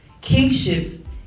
kingship